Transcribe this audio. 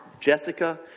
Jessica